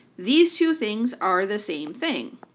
these two things are the same thing,